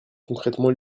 concrètement